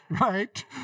right